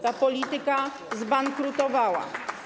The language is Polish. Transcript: ta polityka zbankrutowała.